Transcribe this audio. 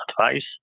advice